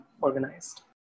organized